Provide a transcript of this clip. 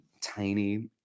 tiny